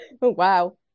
wow